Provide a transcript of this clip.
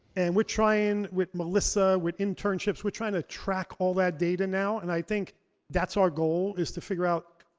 and we're trying with melissa, with internships, we're trying to track all that data now. and i think that's our goal is to figure out,